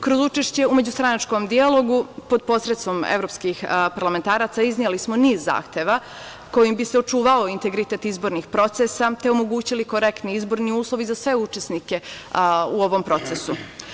Kroz učešće u međustranačkom dijalogu pod posredstvom evropskih parlamentaraca izneli smo niz zahteva kojim bi se očuvao integritet izbornih procesa, te omogućili korektni izborni uslovi za sve učesnike u ovom procesu.